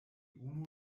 unu